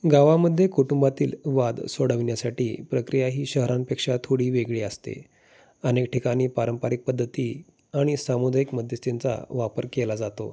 गावामध्ये कुटुंबातील वाद सोडविण्यासाठी प्रक्रिया ही शहरांपेक्षा थोडी वेगळी असते अनेक ठिकाणी पारंपारिक पद्धती आणि सामुदायिक मध्यस्तींचा वापर केला जातो